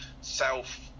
self